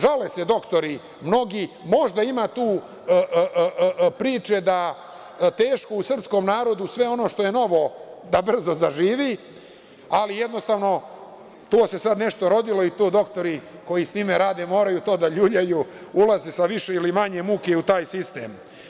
Žale se mnogi doktori, možda ima tu priče da teško u srpskom narodu sve ono što je novo da brzo zaživi, ali jednostavno, to se sad nešto rodilo i to doktori koji sa time rade moraju to da ljuljaju, ulaze sa više ili manje muke i u taj sistem.